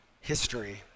history